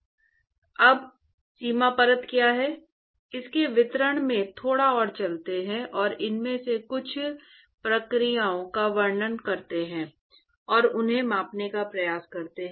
अब सीमा परत क्या है इसके विवरण में थोड़ा और चलते हैं और इनमें से कुछ प्रक्रियाओं का वर्णन करते हैं और उन्हें मापने का प्रयास करते हैं